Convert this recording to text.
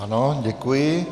Ano, děkuji.